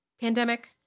pandemic